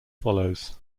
follows